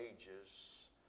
ages